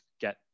get